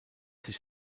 sich